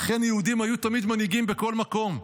לכן יהודים היו תמיד מנהיגים בכל מקום,